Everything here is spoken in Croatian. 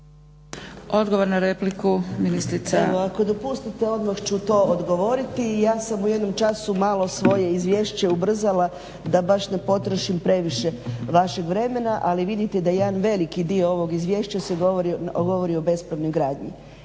Anka (HNS)** Evo ako dopustite odmah ću to odgovoriti i ja sam u jednom času malo svoje izvješće ubrzala da baš ne potrošim previše vašeg vremena. Ali vidite da jedan veliki dio ovog izvješća govori o bespravnoj gradnji.